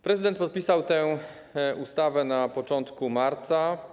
Prezydent podpisał tę ustawę na początku marca.